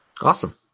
Awesome